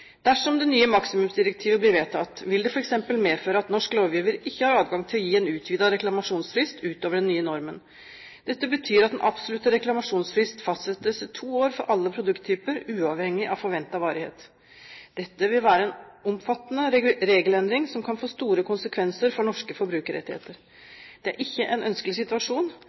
Dersom det nye maksimumsdirektivet blir vedtatt, vil det f.eks. medføre at norsk lovgiver ikke har adgang til å gi en utvidet reklamasjonsfrist utover den nye normen. Dette betyr at den absolutte reklamasjonsfrist fastsettes til to år for alle produkttyper, uavhengig av forventet varighet. Dette vil være en omfattende regelendring som kan få store konsekvenser for norske forbrukerrettigheter. Det er ikke en ønskelig situasjon.